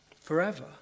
forever